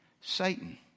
Satan